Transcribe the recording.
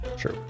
Sure